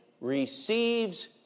receives